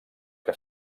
que